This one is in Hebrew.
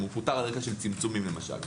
אם הוא פוטר על רקע צמצומים למשל.